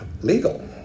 legal